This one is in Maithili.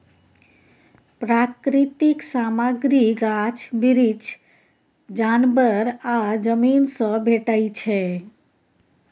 प्राकृतिक सामग्री गाछ बिरीछ, जानबर आ जमीन सँ भेटै छै